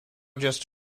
just